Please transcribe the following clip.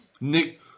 Nick